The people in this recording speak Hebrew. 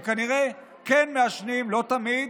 הם כנראה כן מעשנים, לא תמיד,